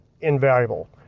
invaluable